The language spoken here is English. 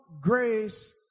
grace